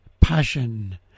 passion